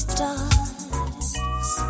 stars